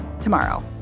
tomorrow